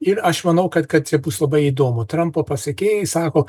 ir aš manau kad čia bus labai įdomu trampo pasekėjai sako